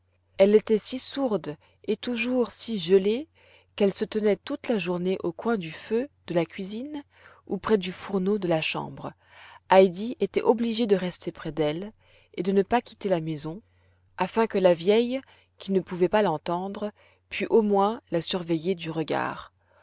elle était si sourde et toujours si gelée qu'elle se tenait toute la journée au coin du feu de la cuisine ou près du fourneau de la chambre heidi était obligée de rester près d'elle et de ne pas quitter la maison afin que la vieille qui ne pouvait pas l'entendre pût au moins la surveiller du regard